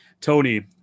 Tony